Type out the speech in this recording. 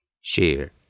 Share